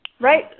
right